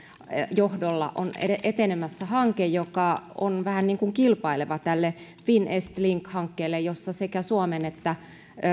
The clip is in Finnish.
johdolla on etenemässä hanke joka on vähän niin kuin kilpaileva tälle finest link hankkeelle jossa sekä suomen että